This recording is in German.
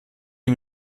die